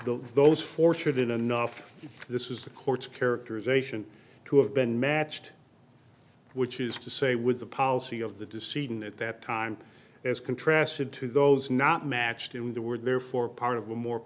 those fortunate enough this is the court's characterization to have been matched which is to say with the policy of the decision at that time as contrasted to those not matched in the word therefore part of a more